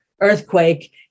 earthquake